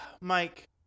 Mike